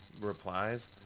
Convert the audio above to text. replies